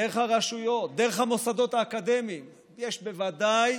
דרך הרשויות, דרך המוסדות האקדמיים, יש בוודאי